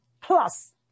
Plus